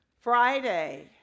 Friday